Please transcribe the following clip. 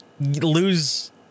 lose